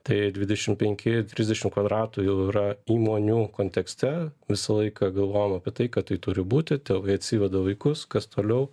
tai dvidešimt penki trisdešimt kvadratų jau yra įmonių kontekste visą laiką galvojom apie tai kad tai turi būti tėvai atsiveda vaikus kas toliau